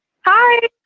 hi